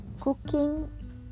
cooking